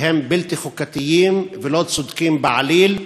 שהם בלתי חוקתיים ולא צודקים בעליל.